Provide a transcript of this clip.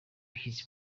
his